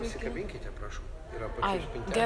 pasikabinkite prašom yra apačioj spintelės